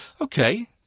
okay